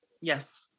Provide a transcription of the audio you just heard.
Yes